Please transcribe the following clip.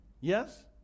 Yes